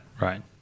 Right